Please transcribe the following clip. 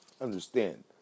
understand